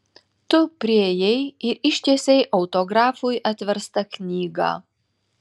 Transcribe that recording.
tu priėjai ir ištiesei autografui atverstą knygą